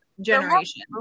generation